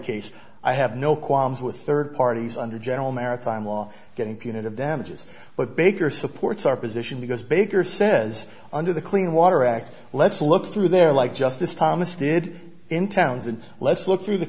case i have no qualms with third parties under general maritime law getting punitive damages but baker supports our position because baker says under the clean water act let's look through there like justice thomas did in townsend let's look through the